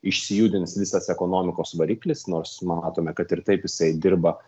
išsijudins visas ekonomikos variklis nors matome kad ir taip jisai dirba